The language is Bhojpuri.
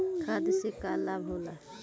खाद्य से का लाभ होला?